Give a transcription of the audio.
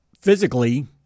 physically